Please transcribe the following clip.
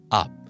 up